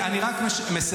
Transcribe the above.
אני רק מסיים,